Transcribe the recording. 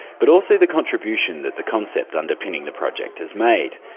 but also the contribution that the concept underpinning the project has made.